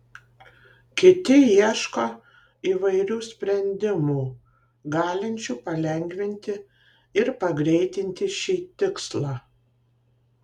kiti ieško įvairių sprendimų galinčių palengvinti ir pagreitinti šį tikslą